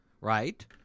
right